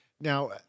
Now